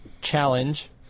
challenge